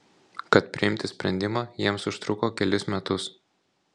kad priimti sprendimą jiems užtruko kelis metus